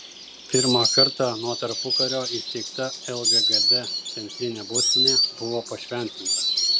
pirmą kartą nuo tarpukario įsteigta lggd centrinė būstinė buvo pašventinta